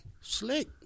Slick